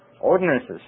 ordinances